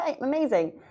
amazing